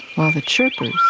while the chirpers,